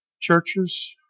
Churches